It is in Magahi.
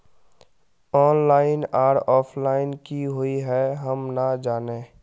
ऑनलाइन आर ऑफलाइन की हुई है हम ना जाने?